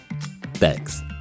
thanks